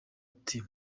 ati